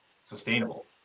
sustainable